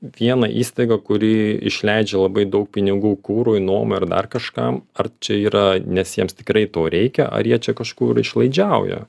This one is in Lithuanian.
viena įstaiga kuri išleidžia labai daug pinigų kurui nuomai ar dar kažkam ar čia yra nes jiems tikrai to reikia ar jie čia kažkur išlaidžiauja